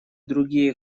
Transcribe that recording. другие